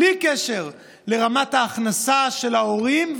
בלי קשר לרמת ההכנסה של ההורים,